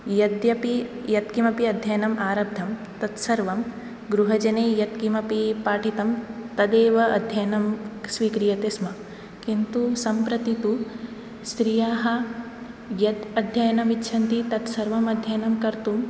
यद्यपि यत्किमपि अध्ययनम् आरब्धं तत् सर्वं गृहजने यत्किमपि पाठितं तदेव अध्ययनं स्वीक्रियते स्म किन्तु सम्प्रति तु स्त्रीयाः यत् अध्ययनम् इच्छन्ति तत्सर्वम् अध्ययनं कर्तुं